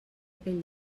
aquell